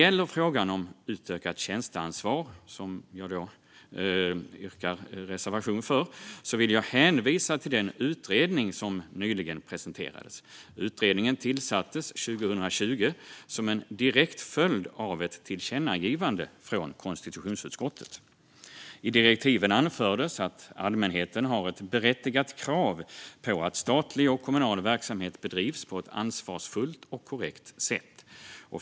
När det gäller utökat tjänstemannaansvar och den reservation som jag yrkar bifall till vill jag hänvisa till den utredning som nyligen presenterades. Utredningen tillsattes 2020 som en direkt följd av ett tillkännagivande från konstitutionsutskottet. I direktiven anfördes att allmänheten har ett berättigat krav på att statlig och kommunal verksamhet bedrivs på ett ansvarsfullt och korrekt sätt.